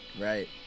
right